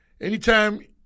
Anytime